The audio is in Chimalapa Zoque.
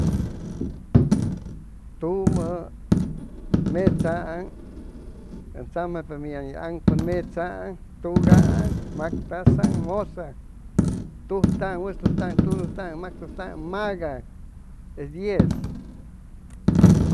Tumu metsaan, u tsamjaypa mi an ye angopun metsaan, tugaan, mactasaan musaan, tujtaaan, wustustaan, tugurustaan, mactustaan, magan es dies